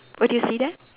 what do you see there